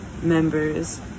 members